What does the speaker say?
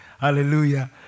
Hallelujah